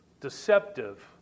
deceptive